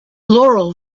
laurel